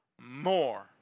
more